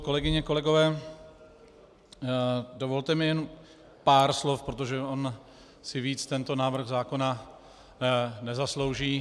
Kolegyně, kolegové, dovolte mi jen pár slov, protože víc si tento návrh zákona nezaslouží.